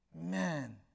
Man